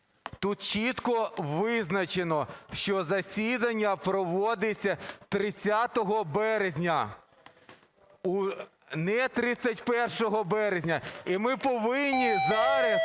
Тут чітко визначено, що засідання проводиться 30 березня. Не 31 березня. І ми повинні зараз